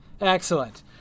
Excellent